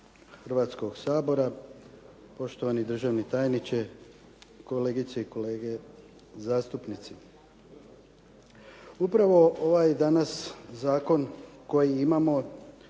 Hrvatskog sabora. Poštovani državni tajniče, kolegice i kolege zastupnici. Upravo ovaj danas zakon koji imamo